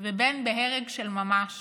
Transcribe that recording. ובין בהרג של ממש